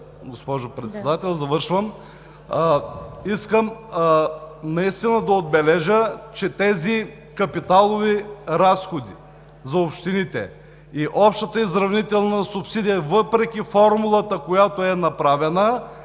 госпожо Председател. Искам наистина да отбележа, че тези капиталови разходи за общините и общата изравнителна субсидия въпреки формулата, която е направена,